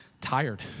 tired